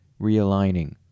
realigning